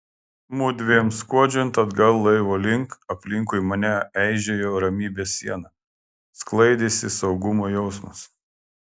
mudviem skuodžiant atgal laivo link aplinkui mane eižėjo ramybės siena sklaidėsi saugumo jausmas